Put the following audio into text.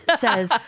says